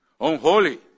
unholy